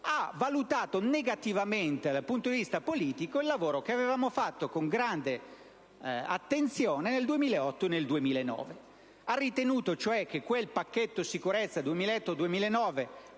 ha valutato negativamente dal punto di vista politico il lavoro che avevamo fatto con grande attenzione nel 2008 e nel 2009: ha ritenuto cioè che quel pacchetto sicurezza 2008-2009